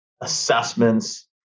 assessments